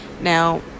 Now